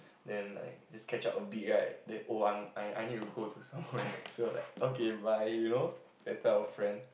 then like just catch up a bit right then oh I'm I I need to go to somewhere so like okay bye you know that type of friend